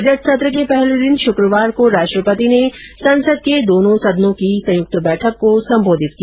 budget सत्र के पहले दिन शुक्रवार को राष्ट्रपति ने संसद के दोनों सदनों की संयुक्त बैठक को संबोधित किया